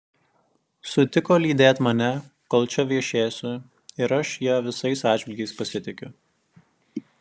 sutiko lydėt mane kol čia viešėsiu ir aš ja visais atžvilgiais pasitikiu